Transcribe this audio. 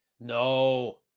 No